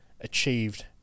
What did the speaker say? achieved